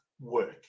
work